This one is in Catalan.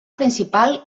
principal